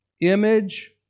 Image